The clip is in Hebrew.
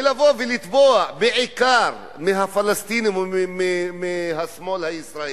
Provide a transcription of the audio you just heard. ולבוא ולתבוע תביעות דיבה בעיקר מהפלסטינים ומהשמאל הישראלי.